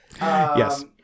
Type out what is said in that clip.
Yes